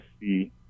see